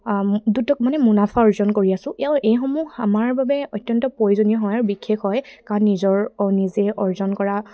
দুত মানে মুনাফা অৰ্জন কৰি আছোঁ এয়া এইসমূহ আমাৰ বাবে অত্যন্ত প্ৰয়োজনীয় হয় আৰু বিশেষ হয় কাৰণ নিজৰ নিজে অৰ্জন কৰা